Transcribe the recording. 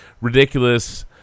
Ridiculous